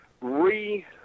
re